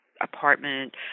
apartment